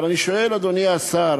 אבל אני שואל, אדוני השר,